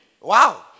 Wow